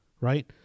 right